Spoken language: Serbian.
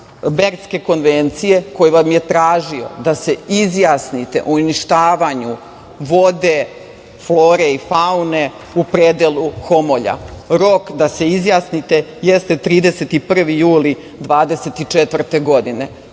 Bernske konvencije, koji vam je tražio da se izjasnite o uništavanju vode, flore i faune u predelu Homolja? Rok da se izjasnite jeste 31. juli 2024. godine.